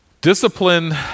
Discipline